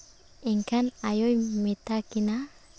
ᱮᱱᱠᱷᱟᱱ ᱟᱭᱳᱭ ᱢᱮᱛᱟ ᱠᱤᱱᱟᱹ